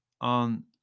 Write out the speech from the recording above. On